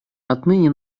отныне